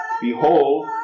Behold